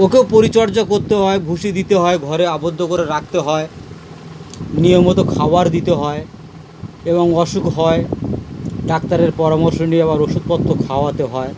ওকেও পরিচর্যা করতে হয় ভুসি দিতে হয় ঘরে আবদ্ধ করে রাখতে হয় নিয়মিত খাবার দিতে হয় এবং অসুখ হয় ডাক্তারের পরামর্শ নিয়ে আবার ওষুধপত্র খাওয়াতে হয়